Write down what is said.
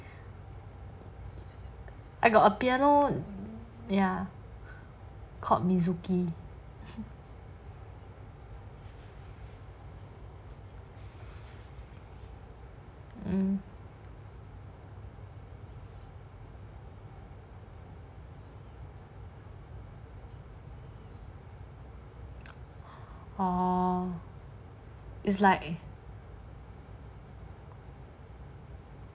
I got a piano ya call mizuki hmm uh it's like